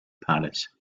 paris